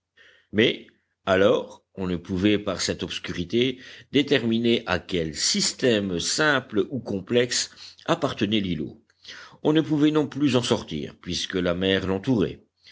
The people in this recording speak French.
mais alors on ne pouvait par cette obscurité déterminer à quel système simple ou complexe appartenait l'îlot on ne pouvait non plus en sortir puisque la mer l'entourait